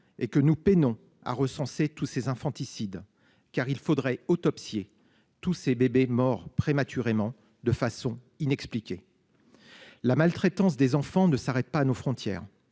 et que nous peinons à recenser tous ces infanticides car il faudrait autopsié tous ces bébés morts prématurément de façon inexpliquée. La maltraitance des enfants ne s'arrête pas à nos frontières